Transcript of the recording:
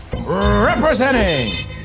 representing